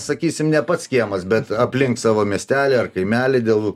sakysim ne pats kiemas bet aplink savo miestelį ar kaimelį dėl